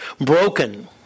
broken